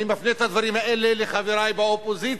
אני מפנה את הדברים האלה לחברי באופוזיציה,